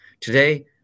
Today